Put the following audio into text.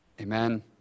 Amen